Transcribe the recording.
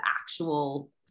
actual